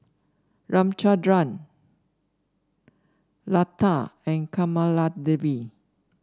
Ramchundra Lata and Kamaladevi